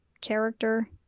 character